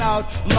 Out